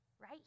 right